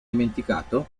dimenticato